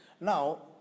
Now